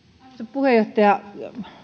puheenjohtaja